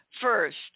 first